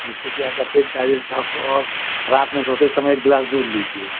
जिससे कि आपका पेट क़ायदे से साफ़ हो और रात में सोते समय एक गिलास दूध लीजिए